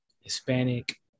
Hispanic